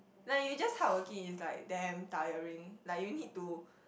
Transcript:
like you just hardworking is like damn tiring like you need to